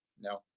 No